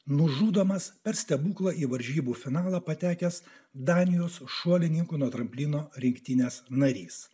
nužudomas per stebuklą į varžybų finalą patekęs danijos šuolininkų nuo tramplino rinktinės narys